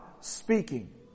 speaking